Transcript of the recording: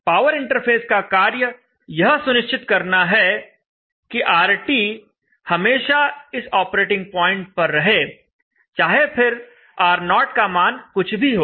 power interface का कार्य यह सुनिश्चित करना है कि RT हमेशा इस ऑपरेटिंग पॉइंट पर रहे चाहे फिर R0 का मान कुछ भी हो